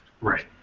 Right